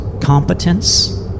competence